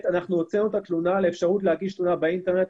שנית, יש אפשרות להגיש תלונה באינטרנט.